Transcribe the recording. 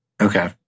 Okay